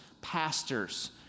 pastors